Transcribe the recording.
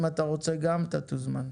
אם אתה רוצה גם, אתה תוזמן.